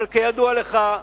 אבל כידוע לך,